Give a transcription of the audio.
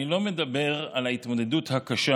אני לא מדבר על ההתמודדות הקשה